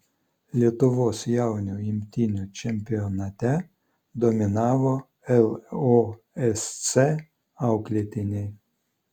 lietuvos jaunių imtynių čempionate dominavo losc auklėtiniai